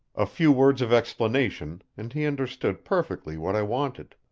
a few words of explanation, and he understood perfectly what i wanted.